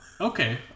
okay